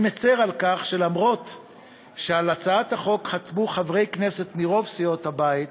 אני מצר על כך שאף שעל הצעת החוק חתמו חברי כנסת מרוב סיעות הבית,